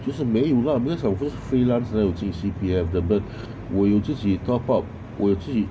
就是没有 lah because of 是 freelance 的才有进 C_P_F 的 but 我有自己 top up 我有自己